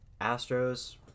Astros